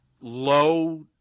low